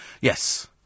Yes